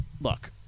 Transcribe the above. look